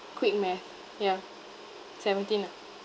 quick math yeah seventeen